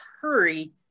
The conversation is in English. hurry